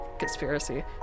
conspiracy